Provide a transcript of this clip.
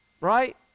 Right